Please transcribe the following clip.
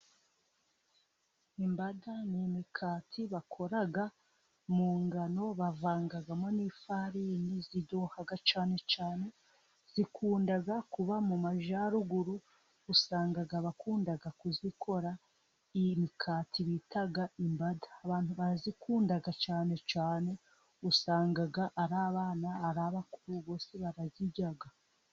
imbanda n'imikati bakora mu ngano bavangamo n'ifari ziryoha cyane cyane, zikunda kuba mu majyaruguru usanga bakunda kuzikora, imikati bita imbanda abantu barazikundaga cyane cyane, usangaga ari aban,a ari abakuru bose barazirya.